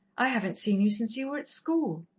i haven't seen you since you were at school.